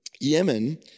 Yemen